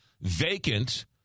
vacant